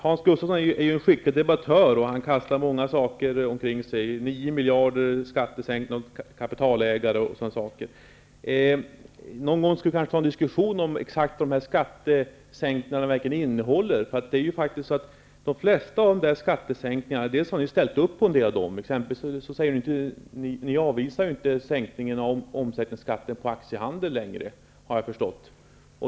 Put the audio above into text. Hans Gustafsson är ju en skicklig debattör, och han kastar många påståenden omkring sig, t.ex. om 9 Någon gång skulle vi kanske ha en diskussion om exakt vad de här skattesänkningarna innehåller. Ni har ju ställt upp på en del av de skattesänkningarna -- ni avvisar ju inte längre tanken på en sänkning av omsättningsskatten på aktiehandel, har jag förstått.